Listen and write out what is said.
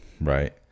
right